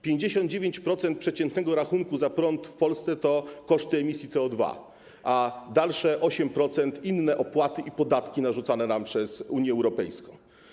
59% przeciętnego rachunku za prąd w Polsce to koszty emisji CO2, a dalsze 8% – inne opłaty i podatki narzucane nam przez Unię Europejską.